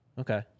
Okay